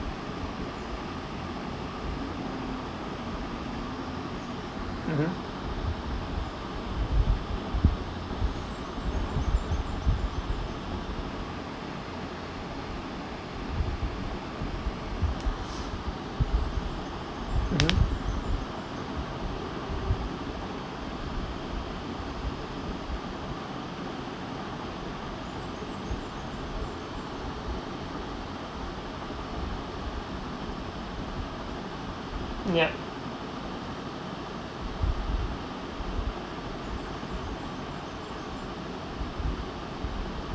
mmhmm mmhmm yup